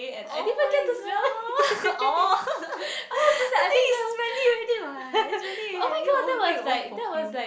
oh-my-god orh that thing is smelly already what it's really you make your own perfume